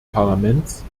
parlaments